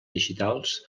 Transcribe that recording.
digitals